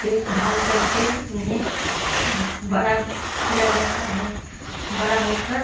देखभाल करके उन्हें बड़ा किया जाता है बड़ा होकर